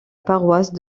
paroisse